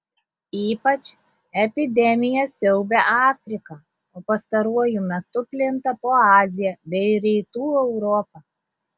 ypač epidemija siaubia afriką o pastaruoju metu plinta po aziją bei rytų europą